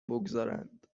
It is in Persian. بگذارند